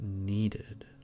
needed